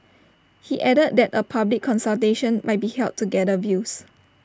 he added that A public consultation might be held to gather views